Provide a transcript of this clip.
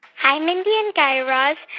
hi, mindy and guy raz.